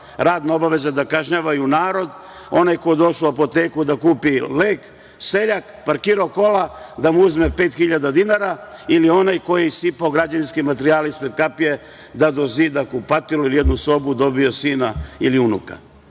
radna obaveza? Da kažnjavaju narod, onaj ko je došao u apoteku da kupi lek, seljak, parkirao kola, da mu uzme pet hiljada dinara ili onaj koji je sipao građevinske materijale ispred kapije da dozida kupatilo ili jednu sobu, dobio sina ili unuka. Nisam